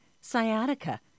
sciatica